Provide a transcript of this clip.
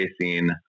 facing